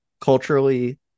culturally